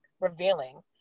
revealing